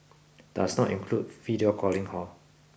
does not include video calling hor